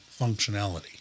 functionality